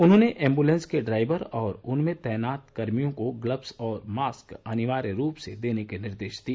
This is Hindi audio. उन्होंने एम्बुलेंस के ड्राइवर और उनमें तैनात कर्मियों को ग्लव्स और मास्क अनिवार्य रूप से देने के निर्देश दिए